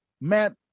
Matt